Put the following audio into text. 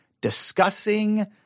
discussing